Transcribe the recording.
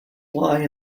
fly